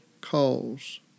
calls